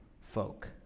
folk